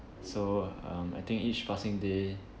so um I think each passing day